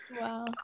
Wow